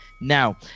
now